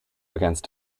against